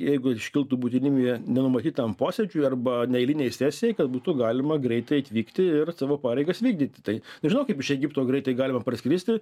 jeigu iškiltų būtinybė nenumatytam posėdžiui arba neeilinei sesijai kad būtų galima greitai atvykti ir savo pareigas vykdyti tai nežinau kaip iš egipto greitai galima parskristi